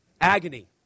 Agony